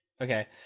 okay